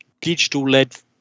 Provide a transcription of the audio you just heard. digital-led